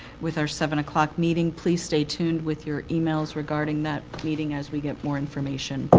with our seven o'clock meeting. please stay tuned with your emails regarding that meeting as we get more information